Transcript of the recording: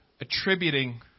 attributing